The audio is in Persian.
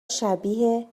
شبیه